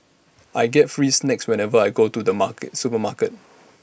I get free snacks whenever I go to the market supermarket